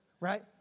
right